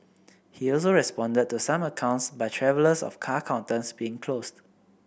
he also responded to some accounts by travellers of car counters being closed